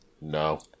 No